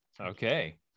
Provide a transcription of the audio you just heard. Okay